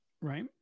Right